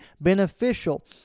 beneficial